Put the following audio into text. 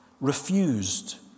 refused